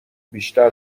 بیشتر